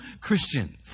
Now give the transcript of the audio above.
Christians